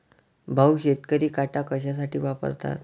भाऊ, शेतकरी काटा कशासाठी वापरतात?